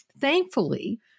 Thankfully